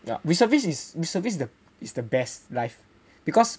ya reservice is reservice is the best life because